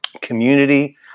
community